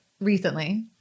recently